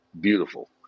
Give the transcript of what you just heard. beautiful